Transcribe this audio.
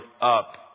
up